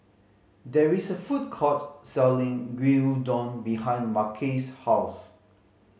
there is a food court selling Gyudon behind Marquez's house